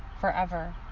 forever